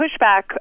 pushback